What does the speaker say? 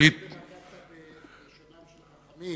שנגעת בלשונם של חכמים,